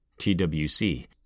TWC